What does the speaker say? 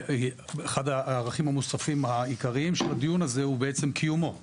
אחד הערכים המוספים העיקריים של הדיון הזה הוא בעצם קיומו והחשיפה,